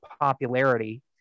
popularity